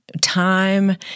time